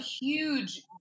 huge